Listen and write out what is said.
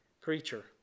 creature